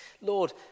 Lord